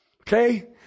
Okay